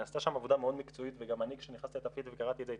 נעשתה שם עבודה מאוד מקצועית וגם אני כשנכנסתי לתפקיד וקראתי את זה,